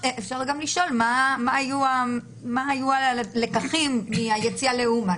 אפשר גם לשאול מה היו הלקחים מהיציאה לאומן,